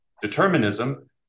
determinism